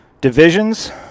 divisions